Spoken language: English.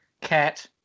cat